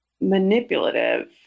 manipulative